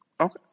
Okay